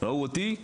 ראו אותי,